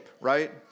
right